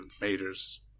majors